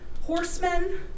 horsemen